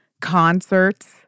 concerts